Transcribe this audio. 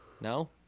No